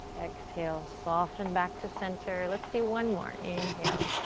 exhale, soften back to center. let's do one more. inhale,